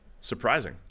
surprising